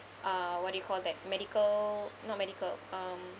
uh what do you call that medical not medical um